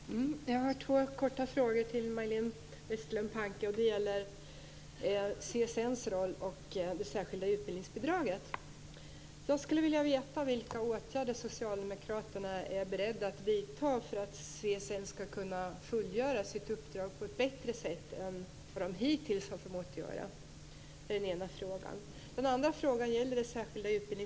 Fru talman! Jag har två korta frågor till Majléne Westerlund Panke. Det gäller CSN:s roll och det särskilda utbildningsbidraget. Vilka åtgärder är socialdemokraterna beredda att vidta för att CSN skall kunna fullgöra sitt uppdrag på ett bättre sätt än vad man hittills har förmått göra?